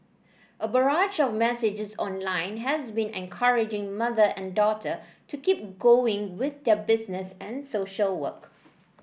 a barrage of messages online has been encouraging mother and daughter to keep going with their business and social work